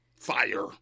Fire